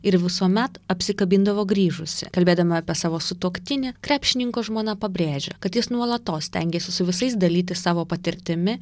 ir visuomet apsikabindavo grįžusi kalbėdama apie savo sutuoktinį krepšininko žmona pabrėžė kad jis nuolatos stengėsi su visais dalytis savo patirtimi